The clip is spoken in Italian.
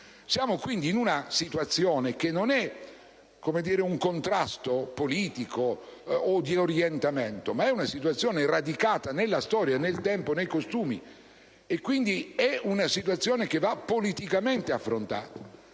Siamo quindi in una situazione che non è di contrasto politico o di orientamento ma è radicata nella storia, nel tempo e nei costumi e quindi va politicamente affrontata.